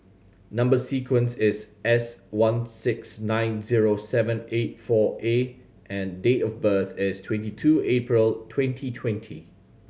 number sequence is S one six nine zero seven eight four A and date of birth is twenty two April twenty twenty